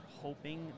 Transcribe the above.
hoping